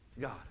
God